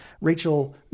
Rachel